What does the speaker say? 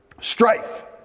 Strife